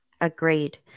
Agreed